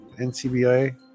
NCBI